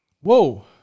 Whoa